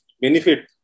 benefit